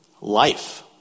life